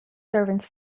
servants